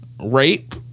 Rape